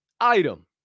Item